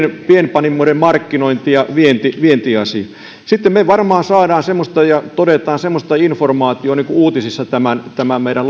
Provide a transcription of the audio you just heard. pienpanimoiden markkinointi ja vientiasia sitten me varmaan saamme ja toteamme semmoista informaatiota kuin viikonlopun uutisissa tästä meidän